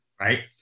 right